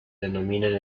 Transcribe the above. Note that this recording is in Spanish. denominan